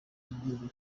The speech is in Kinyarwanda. y’igihugu